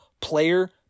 player